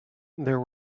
there